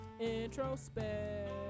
introspect